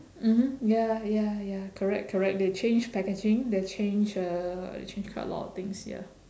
mmhmm ya ya ya correct correct they change packaging they change uh change quite a lot of things ya